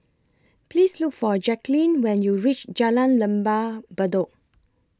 Please Look For Jacquline when YOU REACH Jalan Lembah Bedok